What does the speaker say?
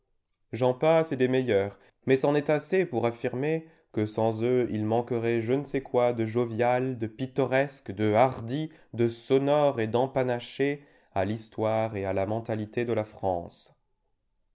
j'en passe et des meilleurs mais c'en est assez pour affirmer que sans eux il manquerait je ne sais quoi de jovial de pittoresque de hardi de sonore et d'empanaché à l'histoire et à la mentalité de la france